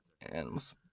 animals